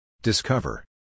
Discover